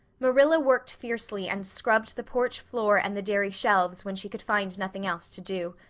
marilla worked fiercely and scrubbed the porch floor and the dairy shelves when she could find nothing else to do.